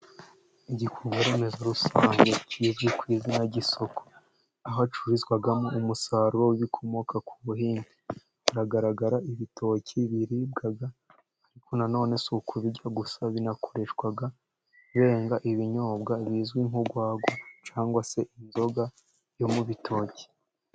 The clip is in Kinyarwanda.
Igikorwa remezo rusange kizwi ku izina ry'isoko, aho hacururizwamo umusaruro w'ibikomoka ku buhinzi, haragaragara ibitoki biribwa, ariko na none si ukubirya gusa binakoreshwa benga ibinyobwa bizwi nk'urwagwa, cyangwa se inzoga yo mu bitoki.